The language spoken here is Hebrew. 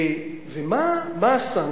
ומה הסנקציה?